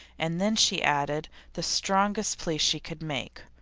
and then she added the strongest plea she could make.